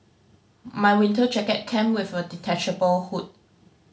my winter jacket came with a detachable hood